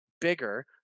bigger